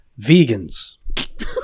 Vegans